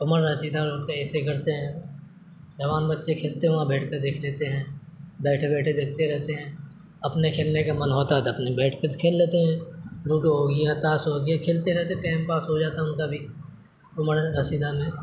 عمر رسیدہ لوگ تو ایسے ہی کرتے ہیں جوان بچے کھیلتے ہیں وہاں بیٹھ کر دیکھ لیتے ہیں بیٹھے بیٹھے دیکھتے رہتے ہیں اپنے کھیلنے کا من ہوتا ہے تو اپنے بیٹھ خود کھیل لیتے ہیں لوڈو ہوگیا تاش ہوگیا کھیلتے رہتے ہیں ٹائم پاس ہو جاتا ہے ان کا بھی عمر رسیدہ میں